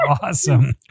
awesome